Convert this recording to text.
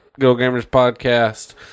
GoGamersPodcast